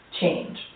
change